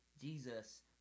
Jesus